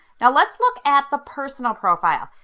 now let's look at the personal profile.